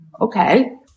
Okay